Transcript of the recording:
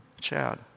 Chad